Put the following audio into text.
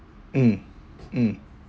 mm mm